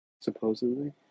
Supposedly